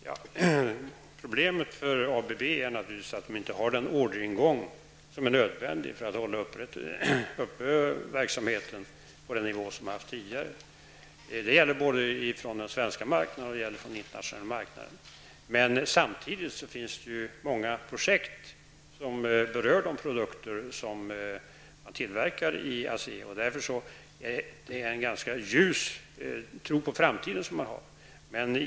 Herr talman! Problemet för ABB är att företaget inte har den orderingång som är nödvändig för att upprätthålla verksamheten på den tidigare nivån. Det gäller order från både den svenska och den internationella marknaden. Samtidigt finns det många projekt som berör de produkter företaget tillverkar. Därför har man en ganska ljus syn på framtiden.